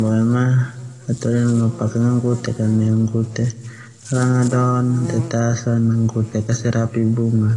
boema hataholi luma pake nwu gute langa doon na gunggutek bumbu.